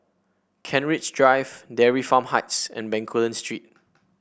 Kent Ridge Drive Dairy Farm Heights and Bencoolen Street